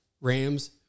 Rams